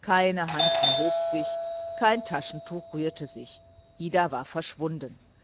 keine hand erhob sich kein taschentuch rührte sich ida war verschwunden